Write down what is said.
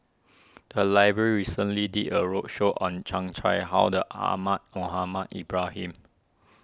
the library recently did a roadshow on Chan Chang How Ahmad Mohamed Ibrahim